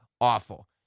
awful